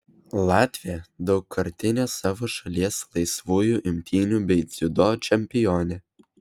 latvė daugkartine savo šalies laisvųjų imtynių bei dziudo čempionė